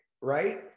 right